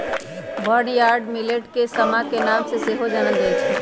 barnyard millet के समा के नाम से सेहो जानल जाइ छै